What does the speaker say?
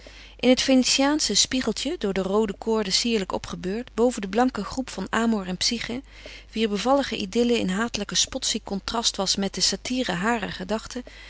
in het venetiaansche spiegeltje door de roode koorden sierlijk opgebeurd boven de blanke groep van amor en psyche wier bevallige idylle in hatelijk spotziek contrast was met de satire harer gedachte